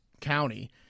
County